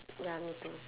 ya me too